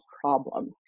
problem